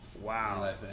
Wow